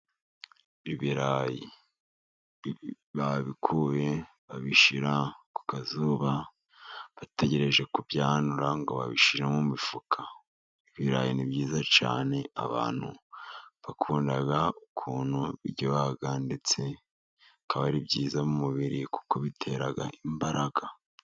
Ibirayi babikuye, babishyira ku kazuba bategereje kubyanura ngo babishyire mu mifuka. Ibirayi ni byiza cyane, abantu bakunda ukuntu biryoha, ndetse bikaba ari byiza mu mubiri kuko bitera imbaraga.